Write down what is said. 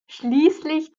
schließlich